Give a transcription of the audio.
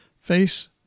face